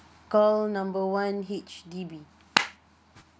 call number one H_D_B